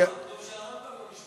טוב שהרמב"ם לא נשמע לכם.